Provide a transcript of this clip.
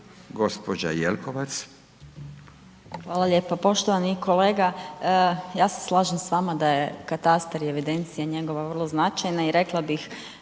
Marija (HDZ)** Hvala lijepa. Poštovani kolega ja se slažem s vama da je katastar i evidencija njegova vrlo značajna i rekla bih